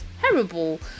terrible